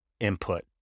input